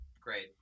Great